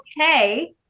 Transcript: okay